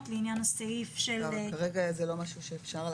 לעניין הסעיף של --- כרגע זה לא משהו שאפשר.